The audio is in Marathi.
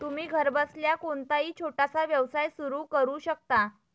तुम्ही घरबसल्या कोणताही छोटासा व्यवसाय सुरू करू शकता